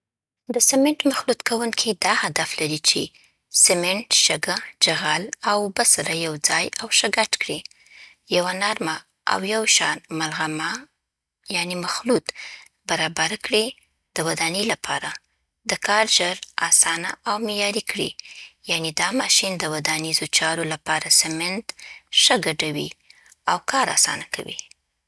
د سمنټ مخلوط کوونکی دا هدف لري چې: سمنټ، شګه، جغل او اوبه سره یو ځای او ښه ګډ کړي. یوه نرمه او یوشان ملغمه يا مخلوط برابره کړي د ودانۍ لپاره. د کار ژر، اسانه او معیاري کړي. یعنې، دا ماشین د ودانیزو چارو لپاره سمنټ ښه ګډوي او کار اسانه کوي.